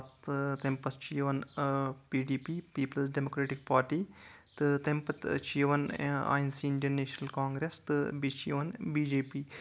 تَتھ تَمہِ پَتہٕ چھِ یِوان P D P Peoples Democratic Party تہٕ تَمہِ پَتہٕ چھِ یِوان I N C Indian National Congress تہٕ بیٚیہِ چھ یِوان بی جے پی